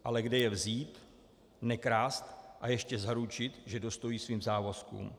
Ale kde je vzít, nekrást a ještě zaručit, že dostojí svým závazkům?